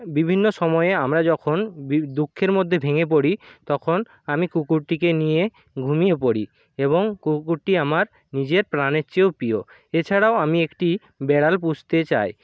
বিভিন্ন সময়ে আমরা যখন বিভি দুঃখের মধ্যে ভেঙে পড়ি তখন আমি কুকুরটিকে নিয়ে ঘুমিয়ে পড়ি এবং কুকুরটি আমার নিজের প্রাণের চেয়েও প্রিয় এছাড়াও আমি একটি বেড়াল পুষতে চায়